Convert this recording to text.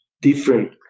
different